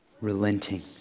relenting